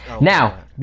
Now